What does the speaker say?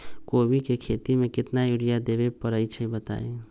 कोबी के खेती मे केतना यूरिया देबे परईछी बताई?